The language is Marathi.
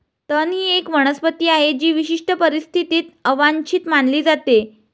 तण ही एक वनस्पती आहे जी विशिष्ट परिस्थितीत अवांछित मानली जाते